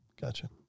gotcha